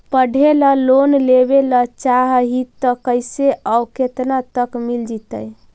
पढ़े ल लोन लेबे ल चाह ही त कैसे औ केतना तक मिल जितै?